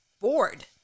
bored